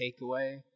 takeaway